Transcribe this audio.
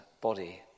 body